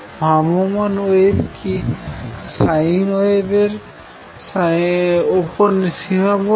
ভ্রাম্যমাণ ওয়েভ কি sine wave এর মধ্যে সীমাবদ্ধ